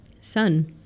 Sun